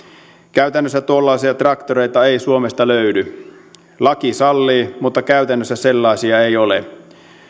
käytännössä tuollaisia traktoreita ei suomesta löydy laki sallii mutta käytännössä sellaisia ei ole